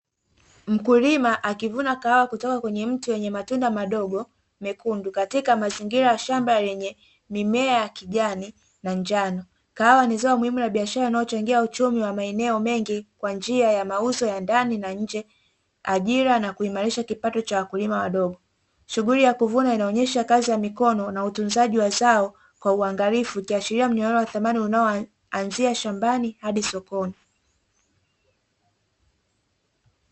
Mkulima akivuna kahawa kutoka kwenye mti wenye matunda madogo mekundu, katika mazingira ya shamba lenye mimea ya kijani na njano kaahwa ni zao muhimu ya biashara inayochangia uchumi wa maeneo mengi kwa njia ya mauzo ya ndani na nje ajira na kuimarisha kipato cha wakulima wadogo shughuli ya kuvuna inaonyesha kazi ya mikono na utunzaji wa zao kwa uangalifu kiashiria mnyororo wa thamani unaoanzia shambani hadi sokoni.